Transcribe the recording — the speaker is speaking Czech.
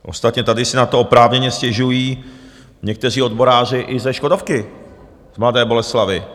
Ostatně tady si na to oprávněně stěžují někteří odboráři i ze Škodovky z Mladé Boleslavi.